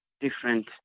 different